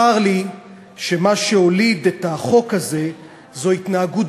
צר לי שמה שהוליד את החוק הזה היה התנהגות